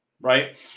Right